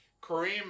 Kareem